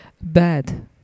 bad